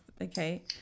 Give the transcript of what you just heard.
Okay